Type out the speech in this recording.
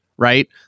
right